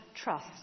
trust